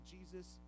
Jesus